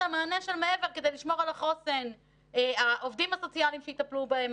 המענה מעבר כדי לשמור על החוסן - העובדים הסוציאליים שיטפלו בהם,